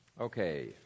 Okay